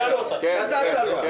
יש פתרון לרווחה, נתת להם.